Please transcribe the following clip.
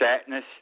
sadness